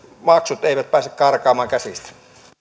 maksut eivät pääse karkaamaan käsistä